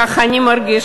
כך אני מרגישה,